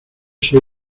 soy